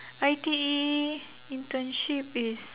I_T_E internship is